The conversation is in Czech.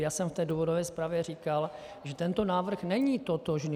Já jsem v té důvodové zprávě říkal, že tento návrh není totožný.